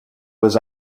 was